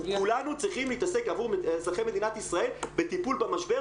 אנחנו כולנו צריכים להתעסק עבור אזרחי מדינת ישראל בטיפול במשבר,